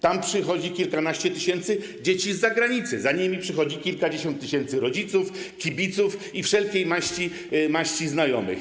Tam przychodzi kilkanaście tysięcy dzieci z zagranicy, za nimi przychodzi kilkadziesiąt tysięcy rodziców, kibiców i wszelkiej maści znajomych.